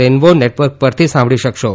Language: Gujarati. રેઇનબો નેટવર્ક પરથી સાંભળી શકશો